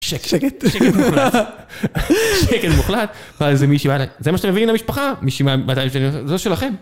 שקט, שקט מוחלט, שקט מוחלט. מה זה מישהו... זה מה שאתם מביאים למשפחה? מישהי מה... זה לא שלכם.